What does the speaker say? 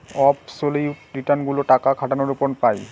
absolute return গুলো টাকা খাটানোর উপর পাই